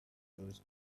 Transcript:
those